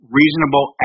reasonable